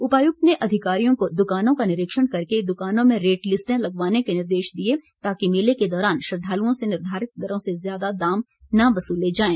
उपायुक्त ने अधिकारियों को दुकानों का निरीक्षण करके दुकानों में रेट लिस्टे लगवाने के निर्देश दिए ताकि मेले के दौरान श्रद्वालुओं से निर्धारित दरों से ज़्यादा दाम न वसूले जाएं